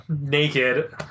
naked